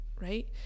right